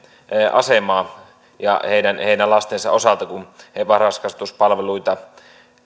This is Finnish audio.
asemaa heidän heidän lastensa osalta kun he varhaiskasvatuspalveluita